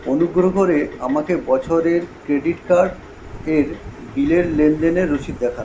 অনুগ্রহ করে আমাকে বছরের ক্রেডিট কার্ড এর বিলের লেনদেনের রসিদ দেখান